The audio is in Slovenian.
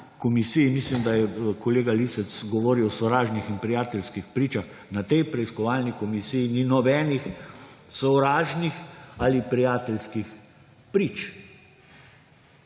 komisiji ‒ mislim, da je kolega Lisec govoril o sovražnih in prijateljskih pričah ‒, na tej preiskovalni komisiji ni nobenih sovražnih ali prijateljskih prič.